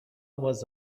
was